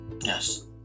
Yes